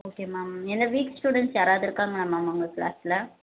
okay ma'am ஏன்னா weak student யாராவது இருக்காங்களா மேம் உங்கள் க்ளாஸில்